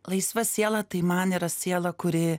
laisva siela tai man yra siela kuri